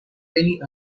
penny